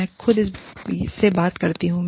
मैं खुद से बात करती हूं